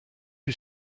lui